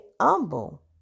humble